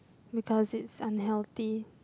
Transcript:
because it's unhealthy